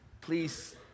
Please